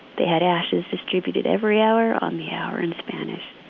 they had ashes distributed every hour on the hour in spanish.